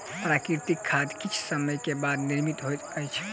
प्राकृतिक खाद किछ समय के बाद निर्मित होइत अछि